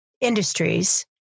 industries